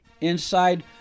Inside